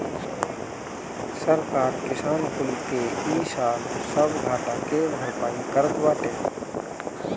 सरकार किसान कुल के इ साल सब घाटा के भरपाई करत बाटे